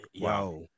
Wow